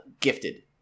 Gifted